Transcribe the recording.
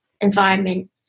environment